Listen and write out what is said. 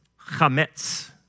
chametz